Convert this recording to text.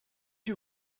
you